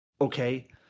okay